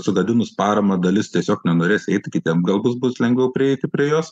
sugadinus paramą dalis tiesiog nenorės eiti kitiem gal bus bus lengviau prieiti prie jos